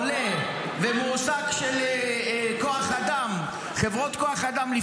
עולה ומועסק של חברות כוח אדם,